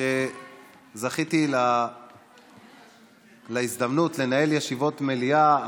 כשזכיתי להזדמנות לנהל ישיבות מליאה,